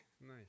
Nice